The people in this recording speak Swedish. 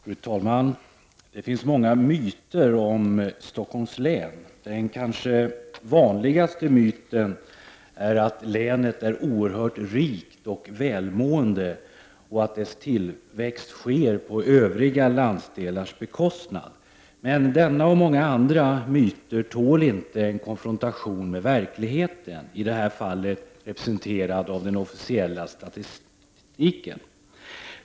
Fru talman! Det finns många myter om Stockholms län. Den kanske vanligaste myten är att länet är oerhört rikt och välmående och att dess tillväxt sker på övriga landsdelars bekostnad. Men denna och många andra myter tål inte en konfrontation med verkligheten, i detta fall representerad av den officiella statistiken.